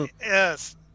yes